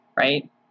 right